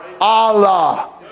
Allah